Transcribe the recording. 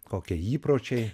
kokie įpročiai